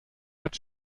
hat